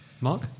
Mark